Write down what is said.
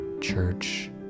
Church